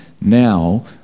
Now